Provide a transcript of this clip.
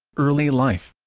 early life